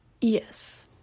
yes